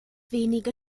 wenige